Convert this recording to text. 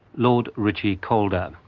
lord ritchie-calder.